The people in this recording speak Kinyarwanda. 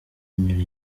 unyura